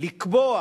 לקבוע